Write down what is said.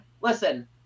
Listen